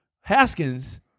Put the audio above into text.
Haskins